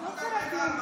לא קרה כלום.